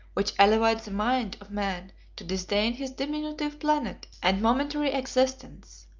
which elevates the mind of man to disdain his diminutive planet and momentary existence.